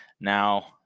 Now